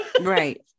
Right